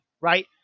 Right